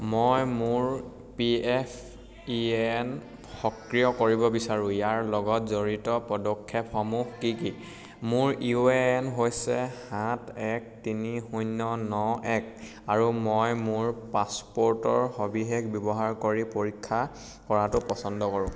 মই মোৰ P F U A N সক্ৰিয় কৰিব বিচাৰোঁ ইয়াৰ লগত জড়িত পদক্ষেপসমূহ কি কি মোৰ ইউ এ এন হৈছে সাত এক তিনি শূন্য ন এক আৰু মই মোৰ পাছপোৰ্টৰ সবিশেষ ব্যৱহাৰ কৰি পৰীক্ষা কৰাটো পচন্দ কৰোঁ